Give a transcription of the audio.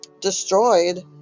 destroyed